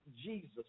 Jesus